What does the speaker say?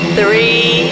three